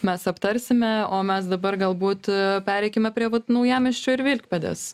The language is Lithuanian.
mes aptarsime o mes dabar galbūt pereikime prie vat naujamiesčio ir vilkpėdės